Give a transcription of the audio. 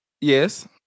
Yes